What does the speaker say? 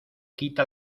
quita